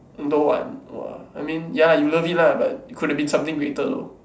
no what !wah! I mean ya lah you love it lah but it could have been something greater though